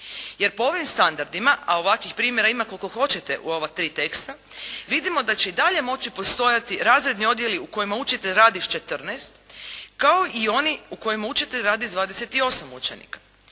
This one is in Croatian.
Jer po ovim standardima, a ovakvim primjera ima koliko hoćete u ova tri teksta vidimo da će i dalje moći postojati razredni odjeli u kojima učitelj radi s 14, kao i oni u kojima učitelj radi sa 28 učenika.